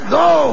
go